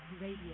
Radio